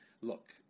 look